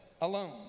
alone